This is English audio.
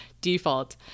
default